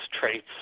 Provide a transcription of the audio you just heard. traits